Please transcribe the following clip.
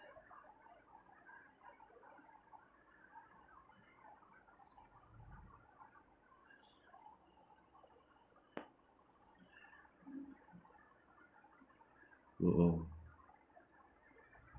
mm mm